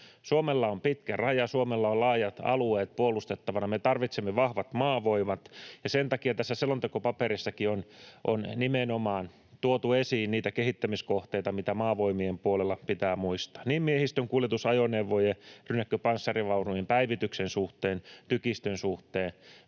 Suomella on pitkä raja, Suomella on laajat alueet puolustettavana. Me tarvitsemme vahvat maavoimat, ja sen takia tässä selontekopaperissakin on nimenomaan tuotu esiin niitä kehittämiskohteita, mitä Maavoimien puolella pitää muistaa niin miehistönkuljetusajoneuvojen kuin rynnäkköpanssarivaunujen päivityksen suhteen, tykistön suhteen